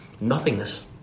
nothingness